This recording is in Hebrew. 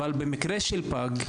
אבל במקרה של פג,